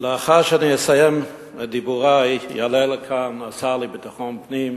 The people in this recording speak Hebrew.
לאחר שאני אסיים את דיבורי יעלה לכאן השר לביטחון פנים